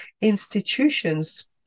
institutions